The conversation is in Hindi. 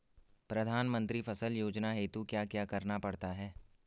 प्रधानमंत्री फसल योजना हेतु क्या क्या करना पड़ता है?